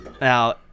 Now